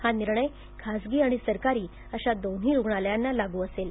हा निर्णय खाजगी आणि सरकारी अशा दोन्ही रुग्णालयांना लागू असेल